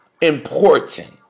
important